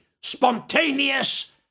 spontaneous